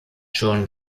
schon